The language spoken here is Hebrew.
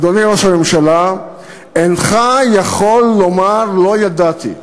אדוני ראש הממשלה, אינך יכול לומר "לא ידעתי".